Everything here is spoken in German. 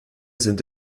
sind